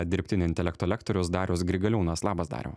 dirbtinio intelekto lektorius darius grigaliūnas labas dariau